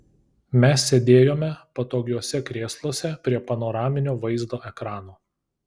mes sėdėjome patogiuose krėsluose prie panoraminio vaizdo ekrano